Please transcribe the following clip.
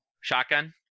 Shotgun